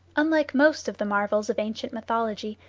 unlike most of the marvels of ancient mythology,